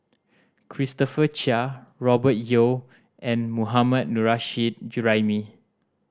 Christopher Chia Robert Yeo and Mohammad Nurrasyid Juraimi